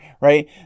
right